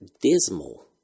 dismal